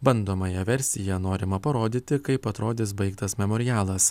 bandomąja versija norima parodyti kaip atrodys baigtas memorialas